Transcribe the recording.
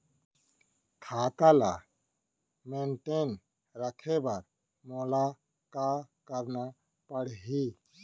खाता ल मेनटेन रखे बर मोला का करना पड़ही?